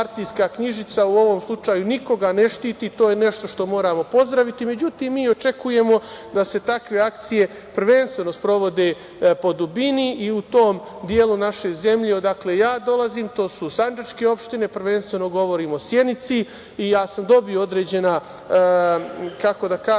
u ovom slučaju nikoga ne štiti. To je nešto što moramo pozdraviti.Međutim, mi očekujemo da se takve akcije prvenstveno sprovode po dubini i u tom delu naše zemlje odakle ja dolazim, to su sandžačke opštine, prvenstveno govorim o Sjenici. Dobio sam određena, kako da kažem,